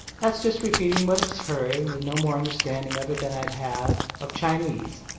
that's just repeating what it's heard with no more understanding of it than i'd have of chinese,